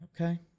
Okay